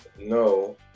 no